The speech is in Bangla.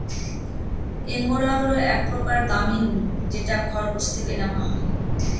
এঙ্গরা হল এক প্রকার দামী উল যেটা খরগোশ থেকে নেওয়া হয়